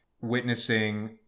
witnessing